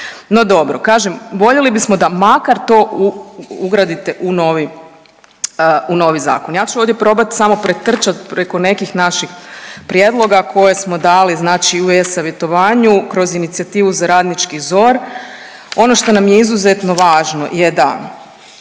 No dobro, kažem voljeli bismo da makar to ugradite u novi zakon. Ja ću ovdje probat samo pretrčat preko nekih naših prijedloga koje smo dali, znači u e-savjetovanju kroz inicijativu za radnički ZOR. Ono što nam je izuzetno važno je da